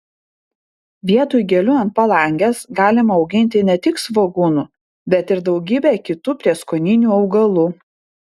vietoj gėlių ant palangės galima auginti ne tik svogūnų bet ir daugybę kitų prieskoninių augalų